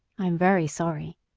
i am very sorry,